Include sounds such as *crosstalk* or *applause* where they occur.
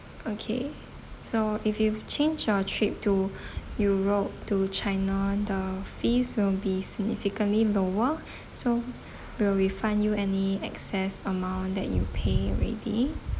okay so if you change your trip to *breath* europe to china the fees will be significantly lower *breath* so we'll refund you any excess amount that you pay already